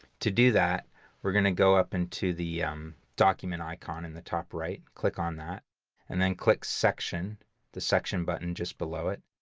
to do that we're going to go up into the document icon in the top right. click on that and then click section the section button just below it.